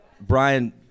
Brian